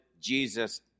Jesus